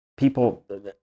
people